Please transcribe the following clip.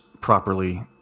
properly